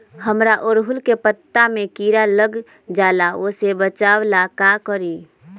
हमरा ओरहुल के पत्ता में किरा लग जाला वो से बचाबे ला का करी?